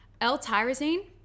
L-tyrosine